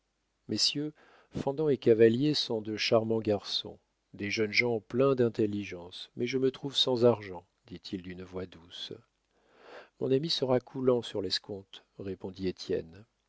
messieurs fendant et cavalier sont de charmants garçons des jeunes gens pleins d'intelligence mais je me trouve sans argent dit-il d'une voix douce mon ami sera coulant sur l'escompte répondit